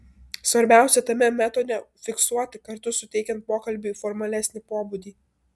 svarbiausia tame metode fiksuoti kartu suteikiant pokalbiui formalesnį pobūdį